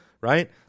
Right